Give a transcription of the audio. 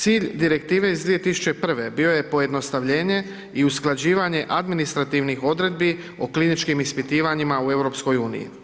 Cilj direktive iz 2001. bio je pojednostavljenje i usklađivanje administrativnih odredbi o kliničkim ispitivanjima u EU.